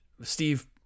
Steve